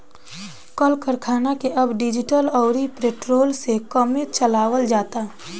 कल करखना के अब डीजल अउरी पेट्रोल से कमे चलावल जाता